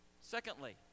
Secondly